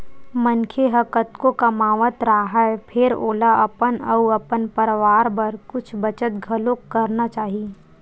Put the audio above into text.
मनखे ह कतको कमावत राहय फेर ओला अपन अउ अपन परवार बर कुछ बचत घलोक करना चाही